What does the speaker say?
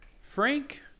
Frank